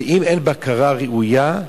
ואם אין בקרה ראויה,